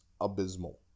abysmal